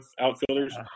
outfielders